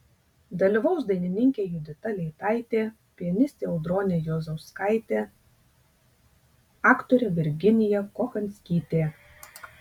dalyvaus dainininkė judita leitaitė pianistė audronė juozauskaitė aktorė virginija kochanskytė